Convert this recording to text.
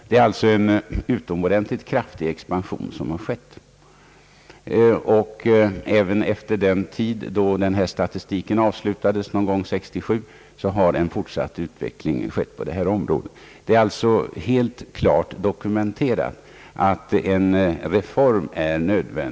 Det är alltså en utomordentligt kraftig expansion som har skett. Också efter den tid då denna statistik avslutades — någon gång under år 1967 — har en fortsatt utveckling ägt rum på detta område. Det är alltså klart dokumenterat att en reform är erforderlig.